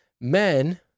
men